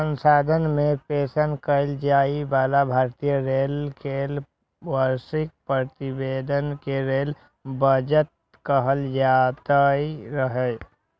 संसद मे पेश कैल जाइ बला भारतीय रेल केर वार्षिक प्रतिवेदन कें रेल बजट कहल जाइत रहै